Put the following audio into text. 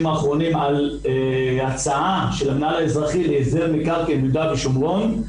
האחרונים על ההצעה של המינהל האזרחי להסדר מקרקעין ביהודה ושומרון,